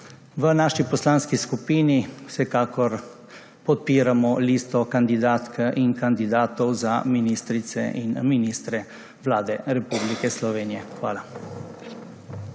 V naši poslanski skupini vsekakor podpiramo listo kandidatk in kandidatov za ministrice in ministre Vlade Republike Slovenije. Hvala.